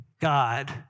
God